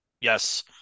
yes